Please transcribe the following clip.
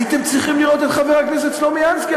הייתם צריכים לראות את חבר הכנסת סלומינסקי,